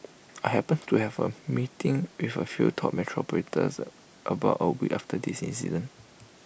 I happened to have A meeting with A few top metro operators about A week after this incident